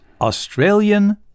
Australian